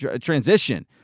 transition